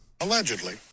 Allegedly